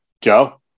joe